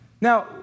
Now